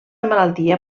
malaltia